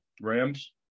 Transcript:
Rams